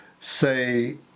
say